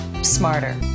Smarter